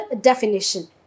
definition